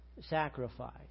sacrifice